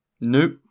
Nope